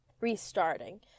restarting